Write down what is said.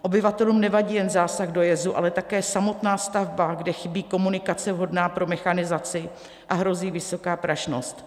Obyvatelům nevadí jen zásah do jezu, ale také samotná stavba, kde chybí komunikace vhodná pro mechanizaci a hrozí vysoká prašnost.